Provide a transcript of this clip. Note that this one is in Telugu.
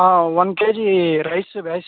one KG rice rice